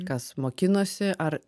kas mokinosi ar